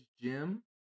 gym